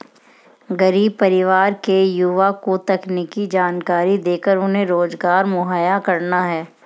गरीब परिवार के युवा को तकनीकी जानकरी देकर उन्हें रोजगार मुहैया कराना है